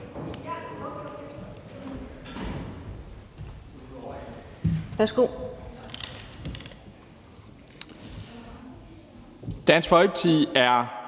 Dansk Folkeparti er